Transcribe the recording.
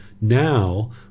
now